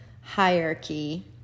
hierarchy